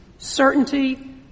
Certainty